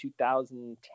2010